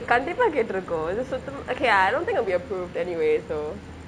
கண்டிப்பா கேட்ருக்கு இது சுத்த~:kandippa ketruku ithu sutha~ okay I don't think it'll be approved anyway so